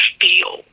feel